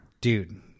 Dude